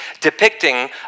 depicting